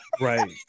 Right